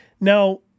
Now